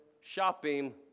shopping